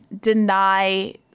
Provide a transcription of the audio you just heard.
deny